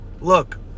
look